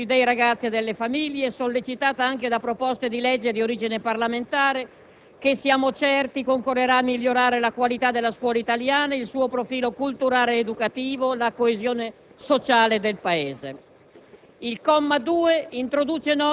una scelta positiva adottata nei confronti dei ragazzi e delle famiglie, sollecitata anche da proposte di legge di origine parlamentare, che, siamo certi, concorrerà a migliorare la qualità della scuola italiana, il suo profilo culturale ed educativo, la coesione sociale del Paese.